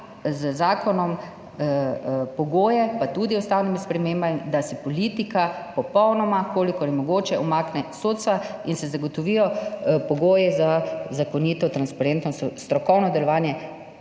z zakonom pogoje, pa tudi z ustavnimi spremembami, da se politika popolnoma, kolikor je mogoče, umakne iz sodstva in se zagotovijo pogoji za zakonito in transparentno strokovno delovanje,